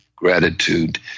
gratitude